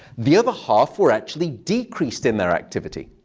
the other half were actually decreased in their activity.